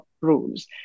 rules